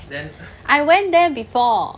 I went there before